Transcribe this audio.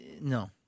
No